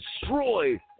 destroy